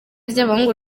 ry’abahungu